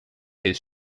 his